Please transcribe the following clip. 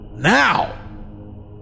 NOW